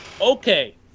okay